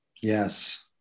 Yes